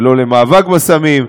ולא למאבק בסמים,